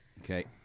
Okay